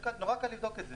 נורא קל לבדוק את זה